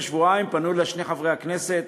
שבועיים פנו אלי בעניין זה שני חברי הכנסת,